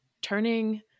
turning